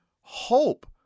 hope